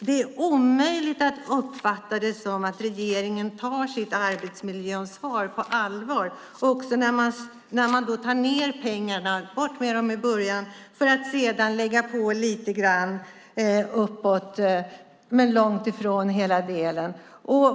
Det är omöjligt att uppfatta det som att regeringen tar sitt arbetsmiljöansvar på allvar när man tar bort pengarna i början för att sedan lägga på lite grann uppåt men långt ifrån hela delen.